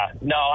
No